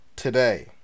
Today